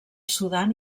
sudan